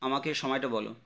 আমাকে সময়টা বলো